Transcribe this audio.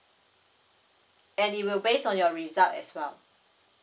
and it will base on your result as well